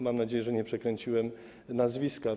Mam nadzieję, że nie przekręciłem nazwiska.